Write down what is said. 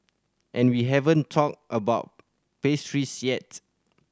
and we haven't talked about pastries yet